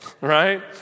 right